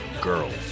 Girls